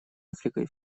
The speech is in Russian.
африкой